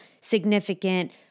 significant